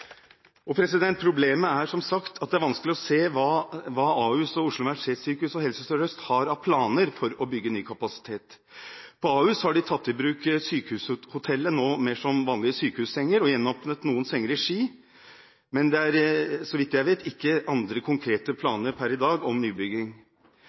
se hva Ahus og Oslo universitetssykehus og Helse Sør-Øst har av planer for å bygge ny kapasitet. Ahus har nå tatt i bruk sykehushotellets senger mer som vanlige sykehussenger, og gjenåpnet noen senger i Ski, men det er, så vidt jeg vet, ikke andre konkrete